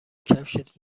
کفشت